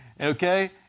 Okay